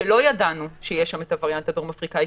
שלא ידענו שיש שם את הווריאנט הדרום אפריקאי,